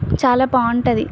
చాలా బాగుంటుంది